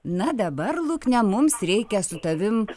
na dabar lukne mums reikia su tavim